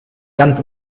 ganz